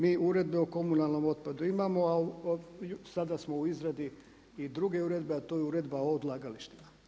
Mi uredbe o komunalnom otpadu imamo, ali sada smo u izradi i druge uredbe, a to je uredba o odlagalištima.